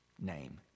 Name